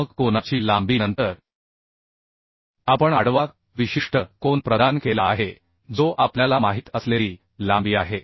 मग कोनाची लांबी नंतर आपण आडवा विशिष्ट कोन प्रदान केला आहे जो आपल्याला माहित असलेली लांबी आहे